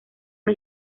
una